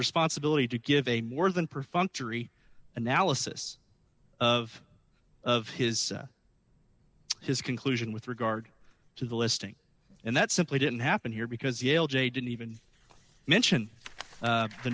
responsibility to give a more than perfunctory analysis of of his his conclusion with regard to the listing and that simply didn't happen here because yale j didn't even mention